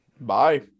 bye